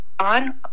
On